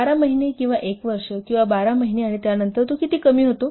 12 महिने किंवा 1 वर्ष किंवा 12 महिने आणि त्यानंतर ते किती कमी होते